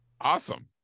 awesome